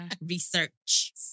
research